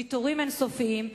ויתורים אין-סופיים,